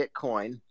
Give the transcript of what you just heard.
Bitcoin